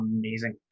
amazing